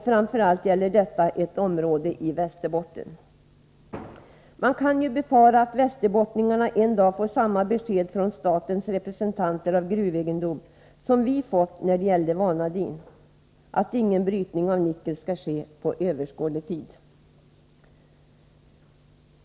Framför allt gäller detta ett område i Västerbotten. Man kan befara att västerbottningarna en dag får samma besked från statens representanter för gruvegendom som vi har fått i fråga om vanadin, att ingen brytning av nickel skall ske inom överskådlig tid.